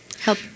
help